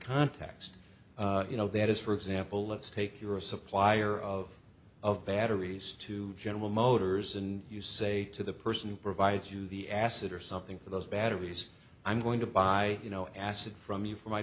context you know there is for example let's take you're a supplier of of batteries to general motors and you say to the person who provides you the acid or something for those batteries i'm going to buy you know acid from you for my